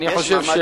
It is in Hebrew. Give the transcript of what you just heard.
אני חושב,